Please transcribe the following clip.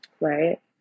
right